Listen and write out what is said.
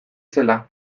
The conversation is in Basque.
zela